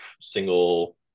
single